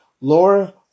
Laura